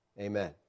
Amen